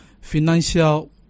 financial